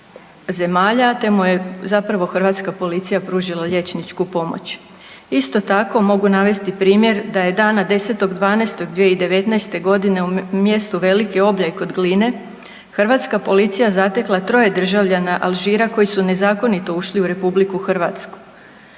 zemalja te mu je zapravo hrvatska policija pružila liječničku pomoć. Isto tako mogu navesti primjer da je dana 10.12.2019. godine u mjestu Veliki Obljaj kod Gline hrvatska policija zatekla 3 državljana Alžira koji su nezakonito ušli u RH. Muškarac